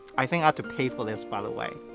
i think i have to pay for this, by the way!